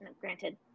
granted